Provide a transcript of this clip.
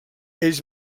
ells